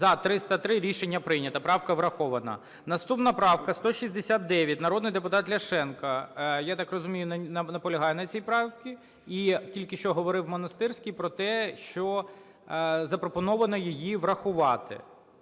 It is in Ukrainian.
За-303 Рішення прийнято. Правка врахована. Наступна правка 169. Народний депутат Ляшенко, я так розумію, наполягає на цій правці. І тільки що говорив Монастирський про те, що запропоновано її врахувати.